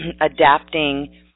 adapting